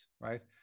right